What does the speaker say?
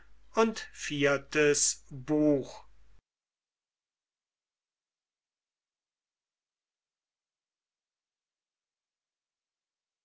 enthält viertes buch